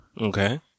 Okay